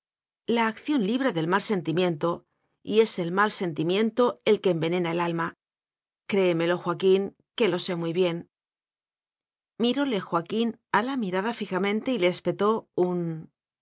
la acción libra del mal senti miento y es el mai sentimiento el que enve nena el alma créemelo joaquín que lo sé muy bien miróle joaquín a la mirada fijamente y le espetó un